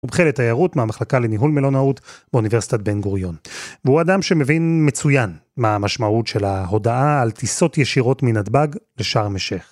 מומחה לתיירות מהמחלקה לניהול מלונאות באוניברסיטת בן גוריון. והוא אדם שמבין מצוין מה המשמעות של ההודעה על טיסות ישירות מנתב"ג לשארם-א-שייח.